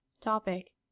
Topic